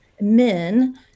men